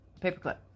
paperclip